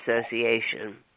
Association